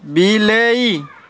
ବିଲେଇ